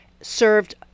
served